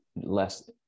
less